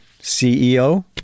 ceo